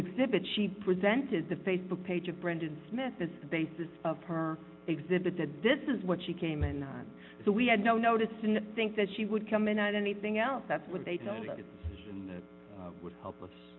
exhibit she presented the facebook page of brendan smith as the basis of her exhibit that this is what she came in on so we had no notice and think that she would come in and anything else that's what they told us it would help